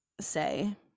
say